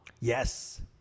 Yes